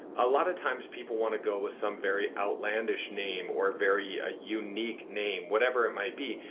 a lot of times people want to go with some very outlandish name or very a unique name, whatever it might be,